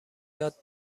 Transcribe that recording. یاد